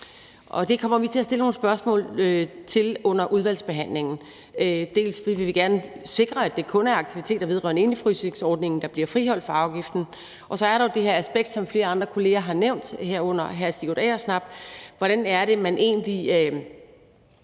Og det kommer vi til at stille nogle spørgsmål til under udvalgsbehandlingen, dels fordi vi gerne vil sikre, at det kun er aktiviteter vedrørende indefrysningsordningen, der bliver friholdt for afgiften, dels fordi der er det her aspekt, som flere andre kolleger har nævnt, herunder hr. Sigurd Agersnap,